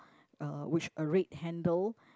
uh which a red handle